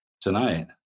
tonight